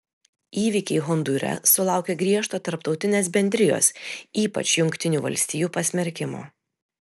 įvykiai hondūre sulaukė griežto tarptautinės bendrijos ypač jungtinių valstijų pasmerkimo